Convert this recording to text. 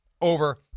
over